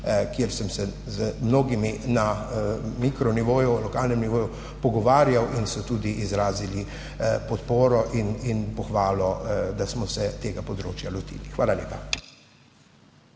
kjer sem se z mnogimi na mikronivoju, na lokalnem nivoju pogovarjal in so tudi izrazili podporo in pohvalo, da smo se tega področja lotili. Hvala lepa.